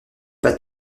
pas